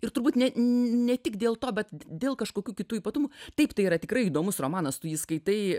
ir turbūt ne ne tik dėl to bet dėl kažkokių kitų ypatumų taip tai yra tikrai įdomus romanas tu jį skaitai